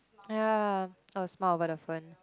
ya I will smile over the phone